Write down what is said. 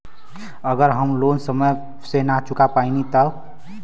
अगर हम लोन समय से ना चुका पैनी तब?